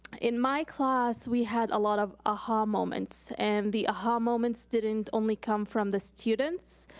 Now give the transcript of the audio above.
in my class, we had a lot of a-ha um moments. and the a-ha moments didn't only come from the students,